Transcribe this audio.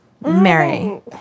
Mary